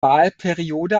wahlperiode